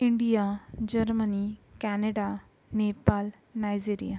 India Germany Canada Nepal Nigeria